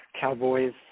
Cowboys